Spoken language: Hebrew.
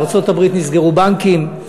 בארצות-הברית נסגרו בנקים,